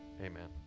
amen